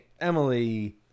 Emily